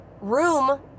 room